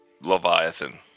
Leviathan